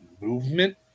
movement